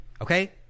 Okay